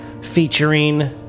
featuring